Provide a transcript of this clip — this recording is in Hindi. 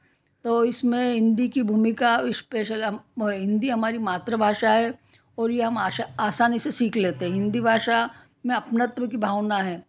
तो इसमे हिंदी भी भूमिका इस्पेशल है हम हिंदी हमारी मातृभाषा है और यह हम असानी से सीख लेते हैं हिंदी में अपनत्व की भावना है